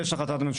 יש החלטת הממשלה,